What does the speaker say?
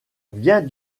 vient